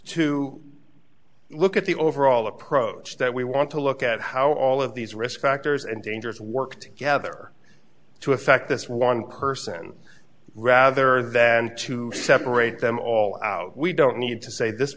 to look at the overall approach that we want to look at how all of these risk factors and dangers work together to effect this one person rather than to separate them all out we don't need to say this